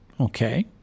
Okay